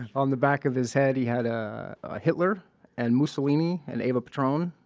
on the back of his head, he had a ah hitler and mussolini and ava patron,